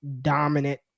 dominant